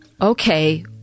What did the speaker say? okay